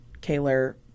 Kaler